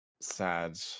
Sad